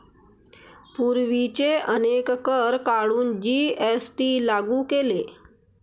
पूर्वीचे अनेक कर काढून जी.एस.टी लागू केले